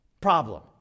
problem